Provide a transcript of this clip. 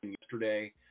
yesterday